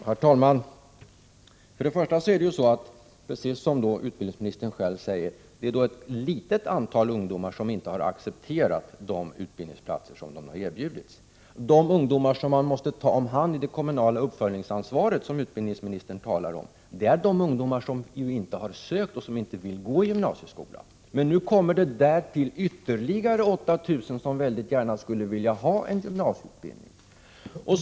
Herr talman! Först och främst är det ju precis så som utbildningsministern 13 oktober 1988 säger, att det är ett litet antal ungdomar som inte har accepterat de utbildningsplatser som de har erbjudits. De ungdomar som man måste ta hand om i det kommunala uppföljningsansvaret och som utbildningsministern också talar om är de ungdomar som inte har sökt till och inte vill gå i gymnasieskolan. Nu kommer det därtill ytterligare 8 000 ungdomar som gärna skulle vilja ha gymnasieutbildning.